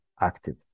active